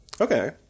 Okay